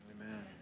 Amen